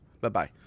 Bye-bye